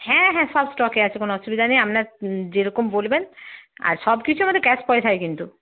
হ্যাঁ হ্যাঁ সব স্টকে আছে কোনো অসুবিধা নেই আপনার যেরকম বলবেন আর সব কিছু আমাদের ক্যাশ পয়সায় কিন্তু